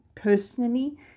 personally